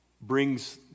brings